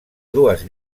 dues